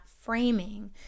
framing